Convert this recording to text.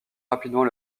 rapidement